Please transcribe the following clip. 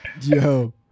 Yo